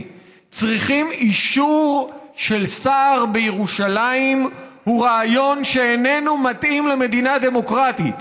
צריכים אישור של שר בירושלים הוא רעיון שאיננו מתאים למדינה דמוקרטית,